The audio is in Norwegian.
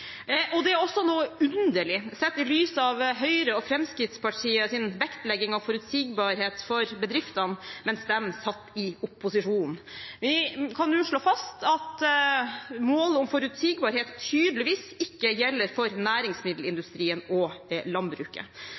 og det er også noe underlig, sett i lys av Høyres og Fremskrittspartiets vektlegging av forutsigbarhet for bedriftene mens de satt i opposisjon. Vi kan nå slå fast at målet om forutsigbarhet tydeligvis ikke gjelder for næringsmiddelindustrien og landbruket.